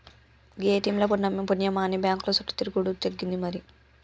గీ ATM ల పుణ్యమాని బాంకుల సుట్టు తిరుగుడు తగ్గింది మరి